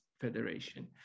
Federation